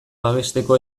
babesteko